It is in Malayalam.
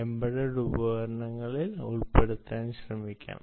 എംബെഡ്ഡ്ഡ് ഉപകരണങ്ങളിൽ ഉൾപ്പെടുത്താൻ ശ്രമിക്കാം